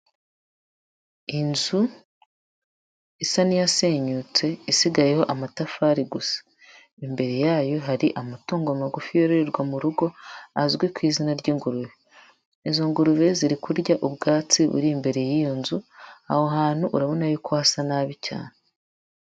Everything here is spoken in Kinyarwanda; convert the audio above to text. Inzu isa n'iyasenyutse isigayeho amatafari gusa, imbere yayo hari amatungo magufi yororerwa mu rugo, azwi ku izina ry'ingurube, izo ngurube ziri kurya ubwatsi buri imbere y'iyo nzu, aho hantu urabona yuko hasa nabi cyane.